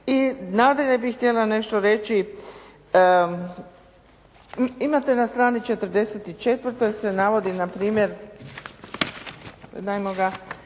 I nadalje bih htjela nešto reći, imate na strani 44 se navodi npr. jedna